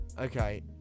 Okay